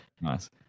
Nice